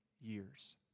years